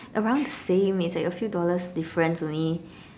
around the same it's like a few dollars difference only